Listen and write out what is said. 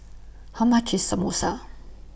How much IS Samosa